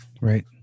right